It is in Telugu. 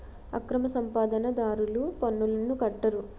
అక్రమ సంపాదన దారులు పన్నులను కట్టరు